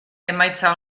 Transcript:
emaitza